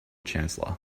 chancellor